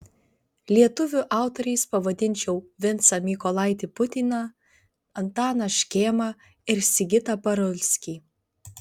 lietuvių autoriais pavadinčiau vincą mykolaitį putiną antaną škėmą ir sigitą parulskį